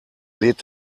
lädt